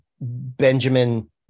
Benjamin